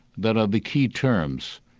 that are the key terms.